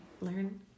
Learn